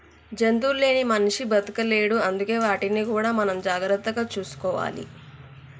జంతువులు లేని మనిషి బతకలేడు అందుకే వాటిని కూడా మనం జాగ్రత్తగా చూసుకోవాలి